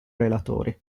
relatori